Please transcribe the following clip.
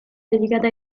dedicata